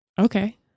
okay